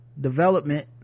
development